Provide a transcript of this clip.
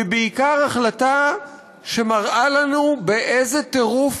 והיא בעיקר החלטה שמראה לנו באיזה טירוף